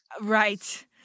Right